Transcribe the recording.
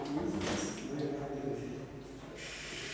یُس نہٕ اَسہِ بٲے بارِنیٚن چھِ کیٚنٛہہ